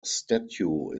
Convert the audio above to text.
statue